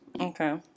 Okay